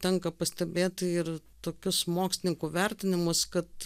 tenka pastebėti ir tokius mokslininkų vertinimus kad